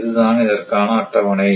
இதுதான் அதற்கான அட்டவணை